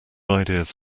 ideas